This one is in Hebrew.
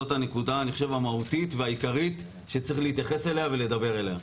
זאת הנקודה המהותית והעיקרית שצריך להתייחס אליה ולדבר עליה.